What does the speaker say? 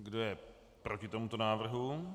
Kdo je proti tomuto návrhu?